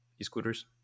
e-scooters